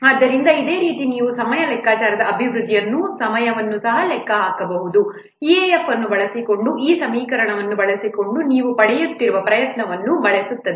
ಆದ್ದರಿಂದ ಅದೇ ರೀತಿ ನೀವು ಸಮಯ ಲೆಕ್ಕಾಚಾರದ ಅಭಿವೃದ್ಧಿಯ ಸಮಯವನ್ನು ಸಹ ಲೆಕ್ಕ ಹಾಕಬಹುದು ಇಎಎಫ್ ಅನ್ನು ಬಳಸಿಕೊಂಡು ಈ ಸಮೀಕರಣವನ್ನು ಬಳಸಿಕೊಂಡು ನೀವು ಪಡೆಯುತ್ತಿರುವ ಪ್ರಯತ್ನವನ್ನು ಬಳಸುತ್ತದೆ